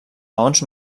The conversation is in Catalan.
maons